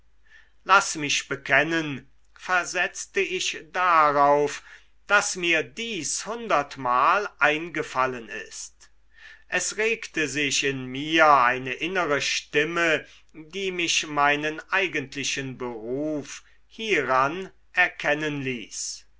laß mich bekennen versetzte ich darauf daß mir dies hundertmal eingefallen ist es regte sich in mir eine innere stimme die mich meinen eigentlichen beruf hieran erkennen ließ